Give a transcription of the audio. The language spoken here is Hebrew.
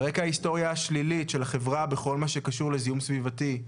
על רקע ההיסטוריה השלילית של החברה בכל מה שקשור לזיהום סביבתי,